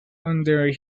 under